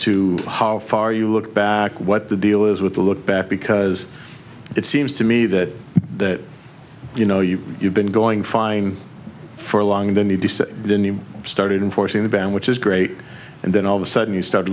to how far you look back what the deal is with the look back because it seems to me that that you know you you've been going fine for a long and then you decide then you started enforcing the ban which is great and then all of a sudden you start